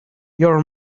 your